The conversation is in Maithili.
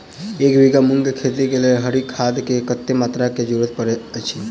एक बीघा मूंग केँ खेती केँ लेल हरी खाद केँ कत्ते मात्रा केँ जरूरत पड़तै अछि?